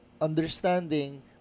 understanding